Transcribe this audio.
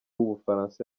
w’umufaransa